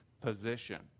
position